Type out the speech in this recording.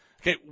Okay